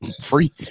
free